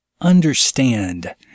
Understand